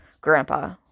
grandpa